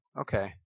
Okay